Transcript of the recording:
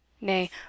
nay